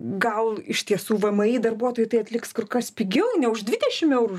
gal iš tiesų vmi darbuotojai tai atliks kur kas pigiau ne už dvidešimt eurų